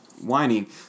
whining